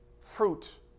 fruit